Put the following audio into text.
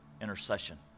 intercession